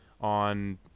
on